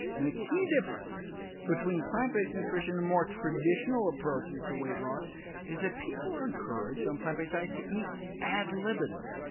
and a key difference between plant-based nutrition and more traditional approaches to weight loss is that people are encouraged, on plant-based diets, to eat ad libitum,